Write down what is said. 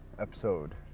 episode